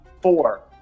four